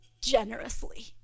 generously